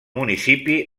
municipi